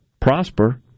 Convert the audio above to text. prosper